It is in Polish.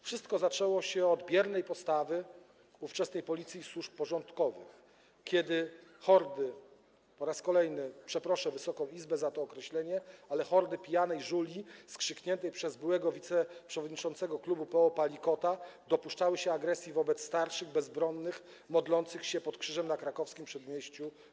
Wszystko zaczęło się od biernej postawy ówczesnej policji i służb porządkowych, kiedy hordy - po raz kolejny przeproszę Wysoką Izbę za to określenie - pijanych żuli skrzyknięte przez byłego wiceprzewodniczącego klubu PO Palikota dopuszczały się agresji wobec starszych, bezbronnych ludzi modlących się pod krzyżem na Krakowskim Przedmieściu.